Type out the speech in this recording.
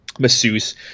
masseuse